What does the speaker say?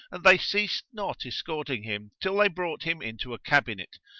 and they ceased not escorting him till they brought him into a cabinet,